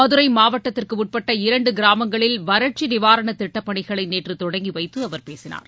மதுரை மாவட்டத்திற்குட்பட்ட இரண்டு கிராமங்களில் வறட்சி நிவாரண திட்டப்பணிகளை நேற்று தொடங்கி வைத்து அவர் பேசினார்